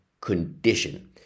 condition